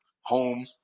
home